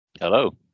Hello